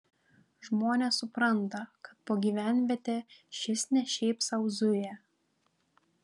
žmonės supranta kad po gyvenvietę šis ne šiaip sau zuja